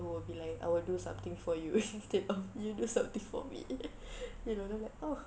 who will be like I will do something for you instead of you do something for me you know then I'm like oh